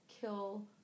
kill